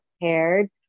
prepared